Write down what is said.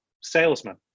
salesman